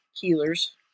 Healers